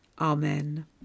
Amen